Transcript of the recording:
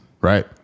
right